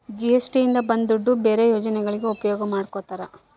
GST ಇಂದ ಬಂದ್ ದುಡ್ಡು ಬೇರೆ ಯೋಜನೆಗಳಿಗೆ ಉಪಯೋಗ ಮಾಡ್ಕೋತರ